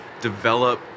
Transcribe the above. develop